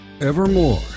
Evermore